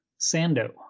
Sando